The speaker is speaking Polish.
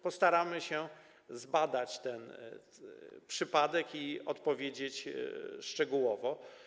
Postaramy się zbadać ten przypadek i odpowiedzieć szczegółowo.